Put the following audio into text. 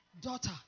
daughter